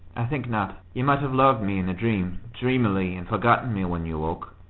i think not. you might have loved me in a dream, dreamily, and forgotten me when you woke,